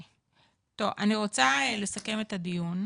רוצה לסכם את הדיון,